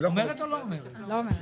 טוב הלאה.